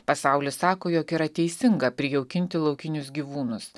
pasaulis sako jog yra teisinga prijaukinti laukinius gyvūnus